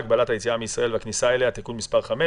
(הגבלת היציאה מישראל והכניסה אליה)(תיקון מס' 5),